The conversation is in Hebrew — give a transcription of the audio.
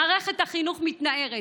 מערכת החינוך מתנערת.